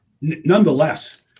nonetheless